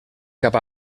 cap